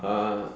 uh